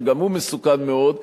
שגם הוא מסוכן מאוד,